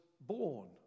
born